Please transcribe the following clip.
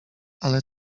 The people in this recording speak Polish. ale